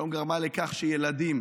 שהיום גרמה לכך שילדים